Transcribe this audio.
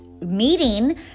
meeting